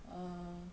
err